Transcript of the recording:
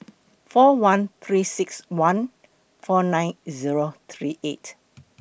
four one three six one four nine Zero three eight